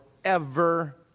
forever